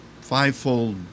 fivefold